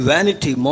Vanity